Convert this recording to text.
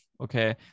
okay